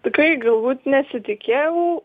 tikrai galbūt nesitikėjau